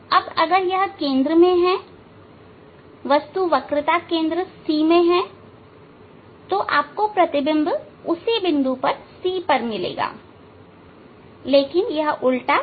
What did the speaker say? अब अगर यह केंद्र में है वस्तु वक्रता केंद्र C में है तो आपको प्रतिबिंब उसी बिंदु पर C पर मिलेगा लेकिन ये एक उल्टा है यह वास्तविक है